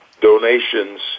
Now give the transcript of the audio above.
donations